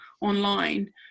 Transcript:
online